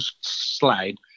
slide